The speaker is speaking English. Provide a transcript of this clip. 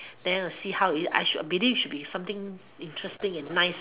then I see how is it I should believe should be something interesting and nice